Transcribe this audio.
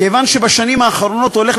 כיוון שבשנים האחרונות הולך,